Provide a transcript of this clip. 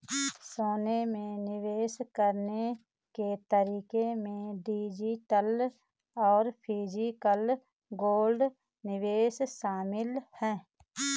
सोना में निवेश करने के तरीके में डिजिटल और फिजिकल गोल्ड निवेश शामिल है